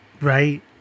right